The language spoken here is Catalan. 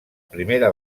primera